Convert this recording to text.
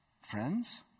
Friends